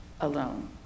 alone